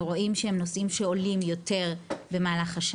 רואים שהם נושאים שעולים יותר במהלך השנה.